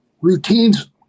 Routines